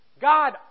God